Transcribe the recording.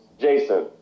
Jason